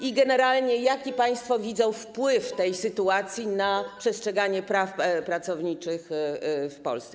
I generalnie jaki państwo widzą wpływ tej sytuacji na przestrzeganie praw pracowniczych w Polsce?